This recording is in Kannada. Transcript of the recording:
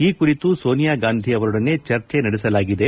ಈ ಕುರಿತು ಸೋನಿಯಾ ಗಾಂಧಿ ಅವರೊಡನೆ ಚರ್ಚೆ ನಡೆಸಲಾಗಿದೆ